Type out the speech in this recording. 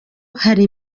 hari